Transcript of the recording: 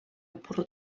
porrot